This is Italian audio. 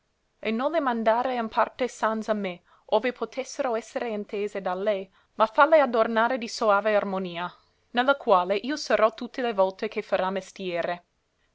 no le mandare in parte sanza me ove potessero essere intese da lei ma falle adornare di soave armonia ne la quale io sarò tutte le volte che farà mestiere